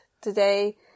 today